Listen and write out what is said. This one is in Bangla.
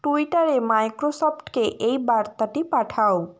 টুইটারে মাইক্রোসফটকে এই বার্তাটি পাঠাও